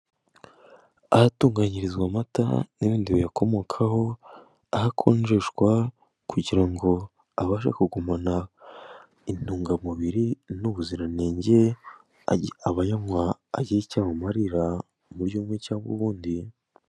Ahayatunganyirizwa amata n'ibindi biyakomokaho aho akonjeshwa kugira ngo abashe kugumana intungamubiri, n'ubuziranenge abayanywa agira icyo amumarira mu buryo umwe cyangwa ubundi.